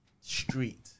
street